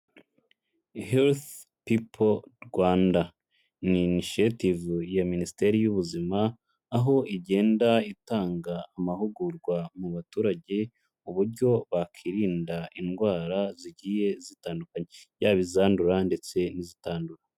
Healthy People Rwanda ni initiative ya Minisiteri y'Ubuzima, aho igenda itanga amahugurwa mu baturage, uburyo bakirinda indwara zigiye zitandukanye, yaba izandura ndetse n'izitandura.